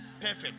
Perfect